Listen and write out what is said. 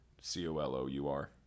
C-O-L-O-U-R